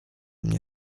mnie